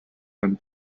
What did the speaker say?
and